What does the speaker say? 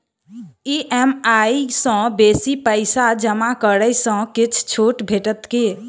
EMI सँ बेसी पैसा जमा करै सँ किछ छुट भेटत की?